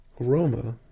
aroma